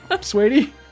Sweetie